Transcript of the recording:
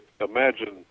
imagine